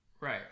Right